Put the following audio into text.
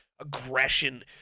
aggression